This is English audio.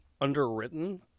underwritten